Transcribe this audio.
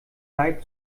leib